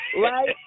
Right